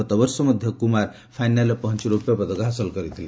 ଗତବର୍ଷ ମଧ୍ୟ କୁମାର ଫାଇନାଲ୍ରେ ପହଞ୍ଚ ରୌପ୍ୟ ପଦକ ହାସଲ କରିଥିଲେ